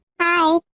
Hi